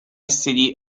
city